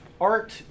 art